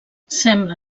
sembla